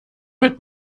mit